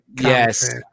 Yes